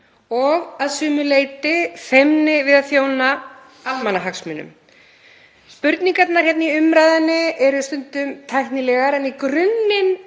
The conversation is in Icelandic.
og að sumu leyti feimni við að þjóna almannahagsmunum. Spurningarnar hérna í umræðunni eru stundum tæknilegar en í grunninn